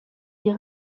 wir